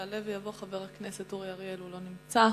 יעלה ויבוא חבר הכנסת אורי אריאל, הוא לא נמצא.